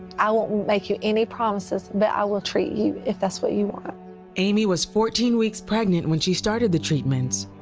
i won't make you any promise, but i will treat you if that's what you want. reporter amy was fourteen weeks pregnant when she started the treatments,